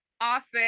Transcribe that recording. office